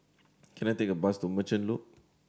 can I take a bus to Merchant Loop